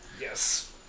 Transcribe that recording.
Yes